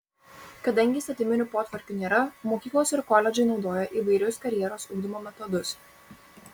kadangi įstatyminių potvarkių nėra mokyklos ir koledžai naudoja įvairius karjeros ugdymo metodus